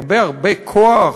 הרבה הרבה כוח,